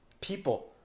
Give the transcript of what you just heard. people